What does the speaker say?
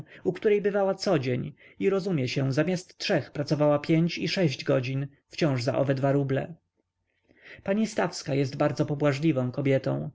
u której bywała codzień i rozumie się zamiast trzech pracowała pięć i sześć godzin wciąż za owe dwa ruble pani stawska jest bardzo pobłażliwą kobietą